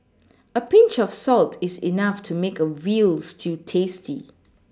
a Pinch of salt is enough to make a veal stew tasty